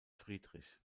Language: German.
friedrich